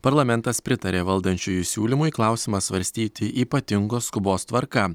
parlamentas pritarė valdančiųjų siūlymui klausimą svarstyti ypatingos skubos tvarka